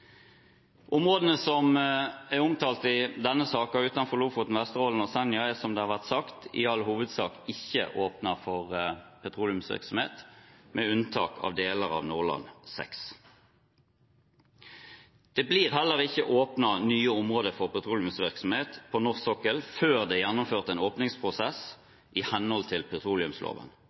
Områdene som er omtalt i denne saken, utenfor Lofoten, Vesterålen og Senja, er som det har vært sagt, i all hovedsak ikke åpnet for petroleumsvirksomhet, med unntak av deler av Nordland VI. Det blir heller ikke åpnet nye områder for petroleumsvirksomhet på norsk sokkel før det er gjennomført en åpningsprosess i henhold til petroleumsloven.